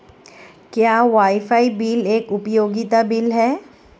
क्या wifi bill एक उपयोगिता बिल है?